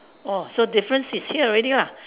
oh so difference is here already lah